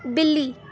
بلی